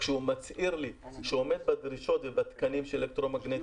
כשהוא מצהיר לי שהוא עומד בדרישות ובתקנים של אלקטרומגנטיות,